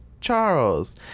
Charles